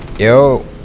Yo